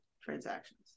transactions